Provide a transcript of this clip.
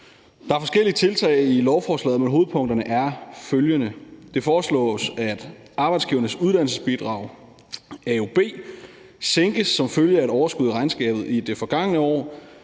Der er forskellige tiltag i lovforslaget, men hovedpunkterne er følgende: Det foreslås, at Arbejdsgivernes Uddannelsesbidrag, AUB, sænkes som følge af et overskud i regnskabet i det forgangne år,